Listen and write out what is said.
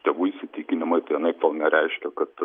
tėvų įsitikinimai tai anaiptol nereiškia kad